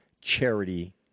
charity